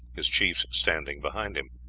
his chiefs standing behind him.